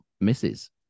misses